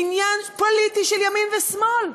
לעניין פוליטי של ימין ושמאל?